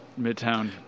Midtown